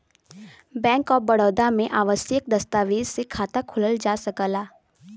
bank of Baroda में आवश्यक दस्तावेज से खाता खोलल जा सकला